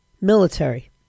military